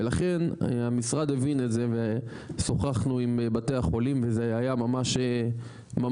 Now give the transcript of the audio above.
ולכן המשרד הבין את זה ושוחחנו עם בתי החולים וזה היה ממש משמעותי,